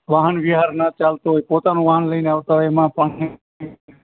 વાહન વ્યવહાર ના ચાલતો હોય પોતાનું વાહન લઈને આવતા હોય એમાં પણ